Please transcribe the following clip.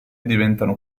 diventano